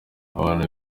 abana